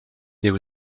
there